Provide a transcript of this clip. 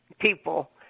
people